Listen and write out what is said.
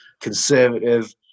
conservative